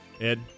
Ed